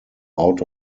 out